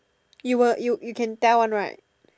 you will you you can tell one right